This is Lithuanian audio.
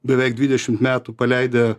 beveik dvidešimt metų paleidę